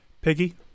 Piggy